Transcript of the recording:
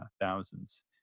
thousands